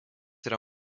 yra